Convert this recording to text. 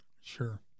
sure